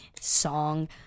song